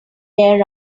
there